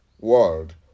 world